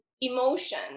emotion